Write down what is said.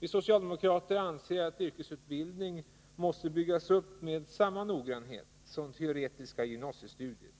Vi socialdemokrater anser att yrkesutbildning måste byggas upp med samma noggrannhet som teoretiska gymnasiestudier.